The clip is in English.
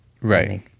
Right